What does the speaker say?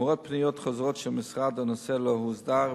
למרות פניות חוזרות של המשרד הנושא לא הוסדר,